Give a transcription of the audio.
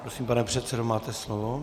Prosím, pane předsedo, máte slovo.